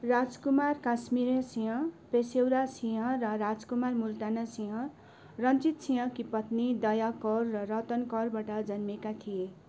राजकुमार काश्मीरा सिंह पेसाउरा सिंह र राजकुमार मुल्ताना सिंह रन्जित सिंहकी पत्नी दया कौर र रतन कौरबाट जन्मेका थिए